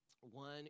One